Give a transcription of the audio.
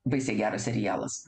baisiai geras serialas